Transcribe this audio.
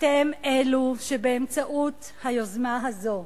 אתם אלו שבאמצעות היוזמה הזאת,